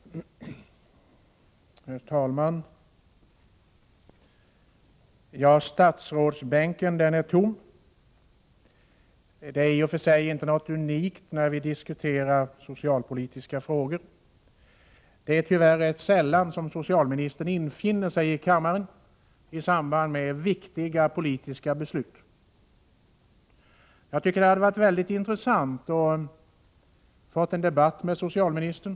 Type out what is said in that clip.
Herr talman! Statsrådsbänken är tom. Det är i och för sig inte unikt när vi diskuterar socialpolitiska frågor. Tyvärr är det rätt sällan som socialministern infinner sig i kammaren i samband med viktiga politiska beslut. Det hade varit mycket intressant att få en debatt med socialministern.